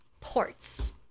ports